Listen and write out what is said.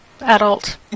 adult